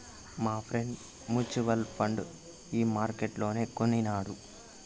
మాఫ్రెండ్ mutual fund ఈ మార్కెట్లనే కొనినారు